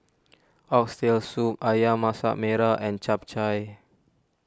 Oxtail Soup Ayam Masak Merah and Chap Chai